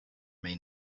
may